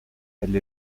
elle